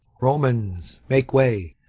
romans, make way.